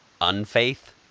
unfaith